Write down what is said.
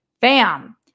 bam